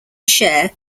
share